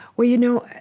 well, you know,